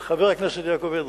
אל חבר הכנסת יעקב אדרי,